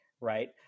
right